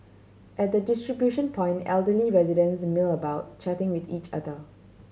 at the distribution point elderly residents mill about chatting with each other